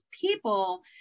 people